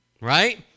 right